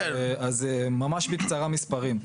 כן אז ממש בקצרה מספרים.